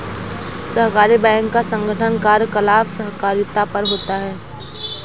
सहकारी बैंक का गठन कार्यकलाप सहकारिता पर होता है